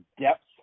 depth